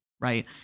Right